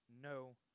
no